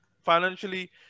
financially